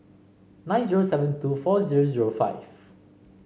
nine zero seven two four zero zero five